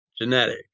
genetic